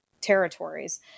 territories